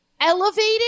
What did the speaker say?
elevated